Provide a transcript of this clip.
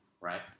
right